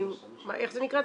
איך זה נקרא?